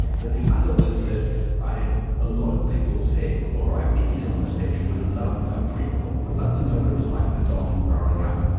but the other was that i had a lot of people say, all right, if he's on the spectrum we'd love a prequel, we'd love to know what it was like for don growing up.